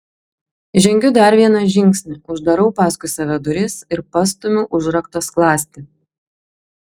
žengiu dar vieną žingsnį uždarau paskui save duris ir pastumiu užrakto skląstį